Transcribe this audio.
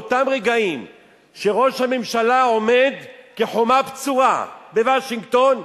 באותם רגעים שראש הממשלה עומד כחומה בצורה בוושינגטון,